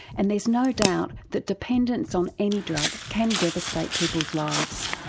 and there's no doubt that dependence on any drug can devastate people's lives.